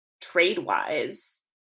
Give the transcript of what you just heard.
trade-wise